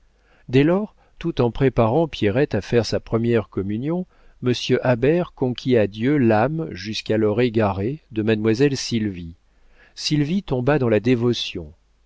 dès lors tout en préparant pierrette à faire sa première communion monsieur habert conquit à dieu l'âme jusqu'alors égarée de mademoiselle sylvie sylvie tomba dans la dévotion